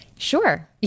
Sure